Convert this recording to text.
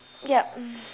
yup